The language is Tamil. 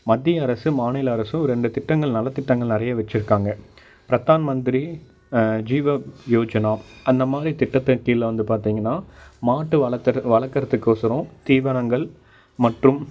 மத்திய அரசும் மாநில அரசும் ரெண்டு திட்டங்கள் நலத் திட்டங்கள் நிறைய வச்சிருக்காங்க பிரதான் மந்திரி ஜீவ யோஜ்னா அந்த மாதிரி திட்டத்தின் கீழே வந்து பார்த்தீங்கன்னா மாட்டு வளர்த்துற வளர்க்கறத்துக்கொசரம் தீவனங்கள் மற்றும்